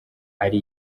ari